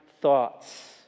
thoughts